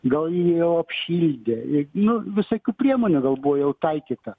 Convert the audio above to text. gal jį jau apšildė ir nu visokių priemonių gal buvo jau taikyta